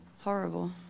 Horrible